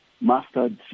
mastered